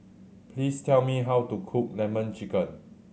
please tell me how to cook Lemon Chicken